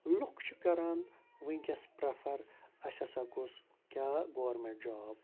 لُکھ چھِ کَران وٕنکٮ۪س پرٛٮ۪فَر اَسہِ ہَسا گوٚژھ کیٛاہ گورمٮ۪نٹ جاب